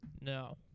no